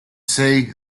say